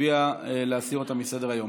מצביע להסיר אותה מסדר-היום.